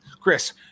Chris